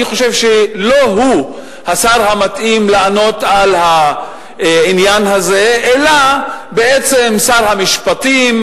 אני חושב שלא הוא השר המתאים לענות על העניין הזה אלא בעצם שר המשפטים,